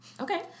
Okay